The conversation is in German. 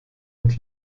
und